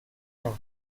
inde